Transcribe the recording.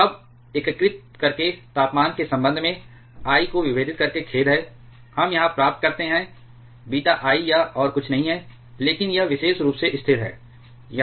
और अब एकीकृत करके तापमान के संबंध में I को विभेदित करके खेद है हम यहाँ प्राप्त करते हैं बीटा I यह और कुछ नहीं है लेकिन यह विशेष रूप से स्थिर है